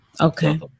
Okay